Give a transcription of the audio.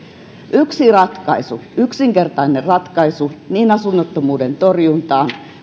yksi yksinkertainen ratkaisu niin asunnottomuuden torjuntaan